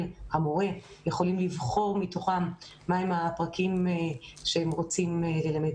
או המורה יכולים לבחור מתוכם מה הם הפרקים שהם רוצים ללמד.